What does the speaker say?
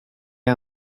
ait